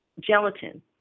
gelatin